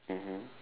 mmhmm